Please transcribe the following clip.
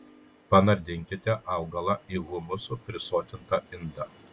panardinkite augalą į humusu prisotintą indą